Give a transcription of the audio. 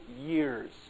years